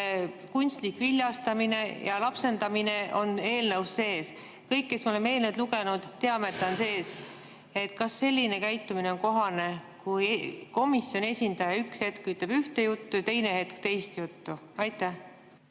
kunstlik viljastamine ja lapsendamine on eelnõus sees. Kõik, kes me oleme seda eelnõu lugenud, teame, et on sees. Kas selline käitumine on kohane, kui komisjoni esindaja üks hetk räägib ühte juttu ja teine hetk teist juttu? Aitäh!